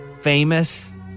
famous